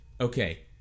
okay